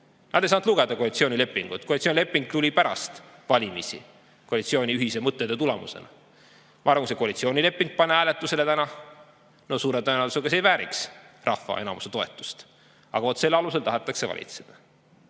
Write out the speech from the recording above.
Nad ei saanud lugeda koalitsioonilepingut, sest koalitsioonleping tuli pärast valimisi koalitsiooni ühise mõttetöö tulemusena. Ma arvan, et kui see koalitsioonileping panna täna hääletusele, siis suure tõenäosusega see ei vääriks rahva enamuse toetust. Aga vaat selle alusel tahetakse valitseda.